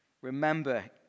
remember